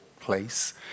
place